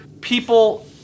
people